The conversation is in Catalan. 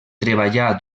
treballà